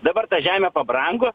dabar ta žemė pabrango